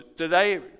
today